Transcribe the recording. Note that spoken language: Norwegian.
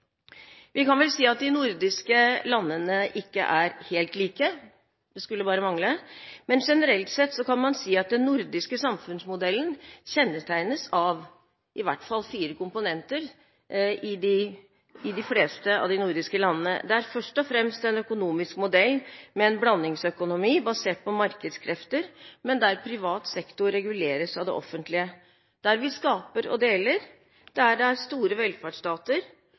Vi kan vel si at de nordiske landene ikke er helt like, det skulle bare mangle, men generelt sett kan man si at den nordiske samfunnsmodellen kjennetegnes av i hvert fall fire komponenter i de fleste av de nordiske landene: Det er først og fremst en økonomisk modell med blandingsøkonomi, basert på markedskrefter, men der privat sektor reguleres av det offentlige, der vi skaper og deler, og der det er store velferdsstater.